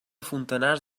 fontanars